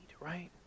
right